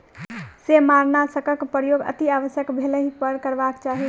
सेमारनाशकक प्रयोग अतिआवश्यक भेलहि पर करबाक चाही